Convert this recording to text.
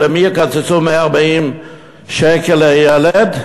למי יקצצו 140 שקל לילד?